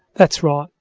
that's right.